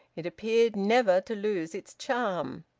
it appeared never to lose its charm.